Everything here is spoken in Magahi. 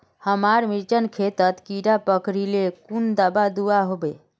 हमार मिर्चन खेतोत कीड़ा पकरिले कुन दाबा दुआहोबे?